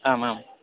आम् आम्